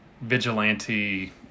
vigilante